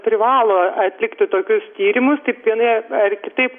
privalo atlikti tokius tyrimus tik vienai ar kitaip